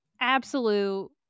absolute